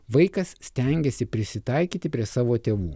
vaikas stengiasi prisitaikyti prie savo tėvų